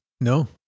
No